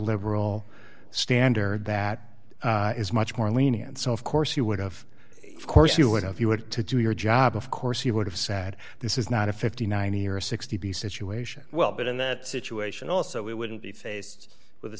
liberal standard that is much more lenient so of course you would of course you would if you would to do your job of course he would have sat this is not a fifty nine year sixty situation well but in that situation also we wouldn't be faced with a